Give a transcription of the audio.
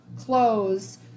clothes